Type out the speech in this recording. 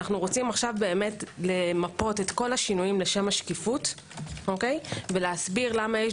אנו רוצים למפות את כל השינויים לשם השקיפות ולהסביר למה יש